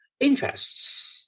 interests